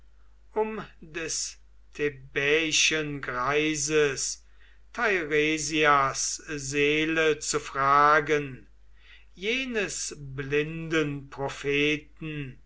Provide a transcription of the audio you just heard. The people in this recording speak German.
um des thebaiischen greises teiresias seele zu fragen jenes blinden propheten